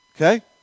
Okay